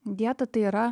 dietatai yra